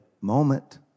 moment